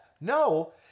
No